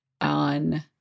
on